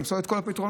למצוא את כל הפתרונות.